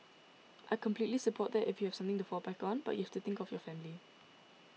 I completely support that if you have something to fall back on but you have to think of your family